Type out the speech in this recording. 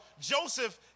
Joseph